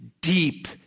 deep